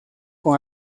con